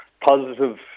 positive